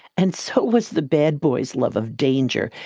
and so was the bad boy's love of danger.